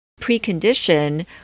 precondition